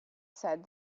said